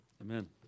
Amen